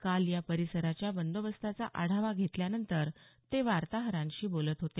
काल या परिसराच्या बंदोबस्ताचा आढावा घेतल्यानंतर ते वार्ताहरांशी बोलत होते